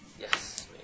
Yes